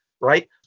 Right